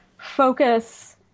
focus